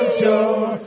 sure